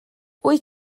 wyt